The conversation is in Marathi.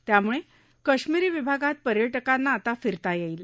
त्यामुळे कश्मीरी विभागात पर्यटकांना आता फिरता येईल